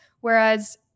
whereas